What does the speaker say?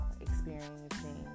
experiencing